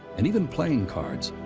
and even playing cards.